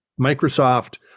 Microsoft